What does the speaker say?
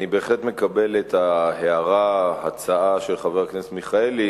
אני בהחלט מקבל את ההערה-הצעה של חבר הכנסת מיכאלי,